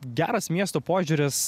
geras miesto požiūris